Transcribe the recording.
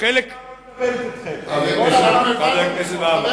אולי תדבר אתה מה אתה מתכונן לעשות בממשלה הזאת.